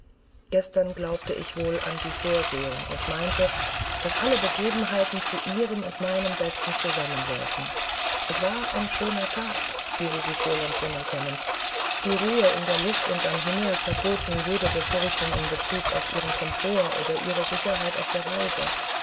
gestern glaubte ich wohl an die vorsehung und meinte daß alle begebenheiten zu ihrem und meinem besten zusammenwirkten es war ein schöner tag wie sie sich wohl entsinnen können die ruhe in der luft und am himmel verboten jede befürchtung in bezug auf ihren komfort oder ihre sicherheit auf der reise